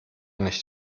nicht